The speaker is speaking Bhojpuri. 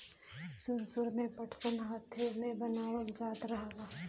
सुरु सुरु में पटसन हाथे से बनावल जात रहल